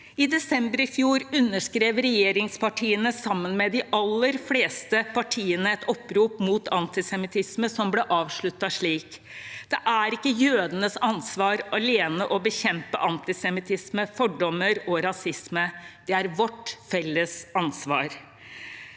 I desember i fjor underskrev regjeringspartiene sammen med de aller fleste partiene et opprop mot antisemittisme som ble avsluttet slik: «Det er ikke jødenes ansvar alene å bekjempe antisemittisme, fordommer og rasisme. Det er vårt felles ansvar.»